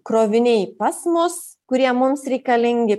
kroviniai pas mus kurie mums reikalingi